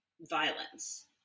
violence